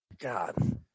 God